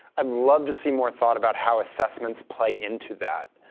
i'd love to see more thought about how assessments play into that,